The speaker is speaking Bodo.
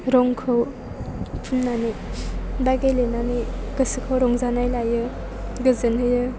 रंखौ फुननानै एबा गेलेनानै गोसोखौ रंजानाय लायो गोजोन होयो